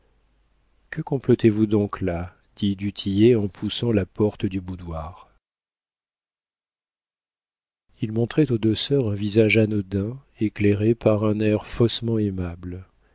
que complotez vous donc là dit du tillet en poussant la porte du boudoir il montrait aux deux sœurs un visage anodin éclairé par un air faussement aimable